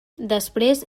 després